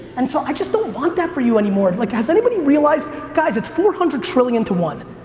and so i just don't want that for you anymore. like has anybody realized? guys, it's four hundred trillion to one.